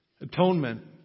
Atonement